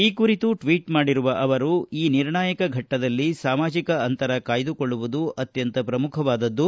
ಈ ಕುರಿತು ಟ್ವೀಟ್ ಮಾಡಿರುವ ಅವರು ಈ ನಿರ್ಣಾಯಕ ಫಟ್ಟದಲ್ಲಿ ಸಾಮಾಜಕ ಅಂತರ ಕಾಯ್ದುಕೊಳ್ಳುವುದು ಅತ್ತಂತ ಪ್ರಮುಖವಾದದ್ದು